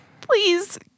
Please